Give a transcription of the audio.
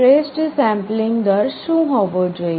શ્રેષ્ઠ સેમ્પલિંગ દર શું હોવો જોઈએ